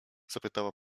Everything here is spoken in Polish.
zapytała